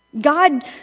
God